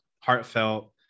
heartfelt